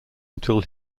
until